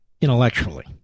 Intellectually